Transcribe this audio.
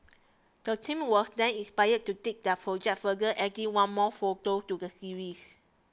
the team was then inspired to take their project further adding one more photo to the series